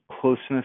closeness